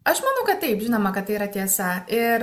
aš manau kad taip žinoma kad tai yra tiesa ir